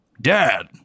Dad